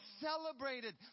celebrated